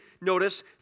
notice